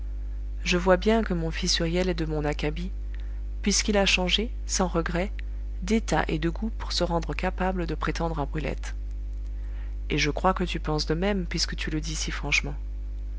je vois bien que mon fils huriel est de mon acabit puisqu'il a changé sans regret d'état et de goûts pour se rendre capable de prétendre à brulette et je crois que tu penses de même puisque tu le dis si franchement